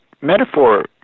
metaphor